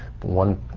one